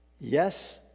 Yes